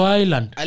island